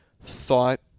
thought